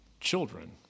children